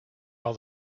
all